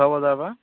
কিহৰ বজাৰ বা